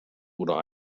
oder